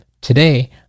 today